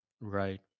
Right